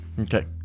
Okay